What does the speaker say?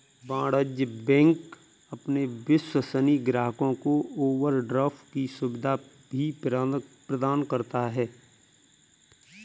वाणिज्य बैंक अपने विश्वसनीय ग्राहकों को ओवरड्राफ्ट की सुविधा भी प्रदान करता है